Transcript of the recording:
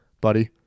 buddy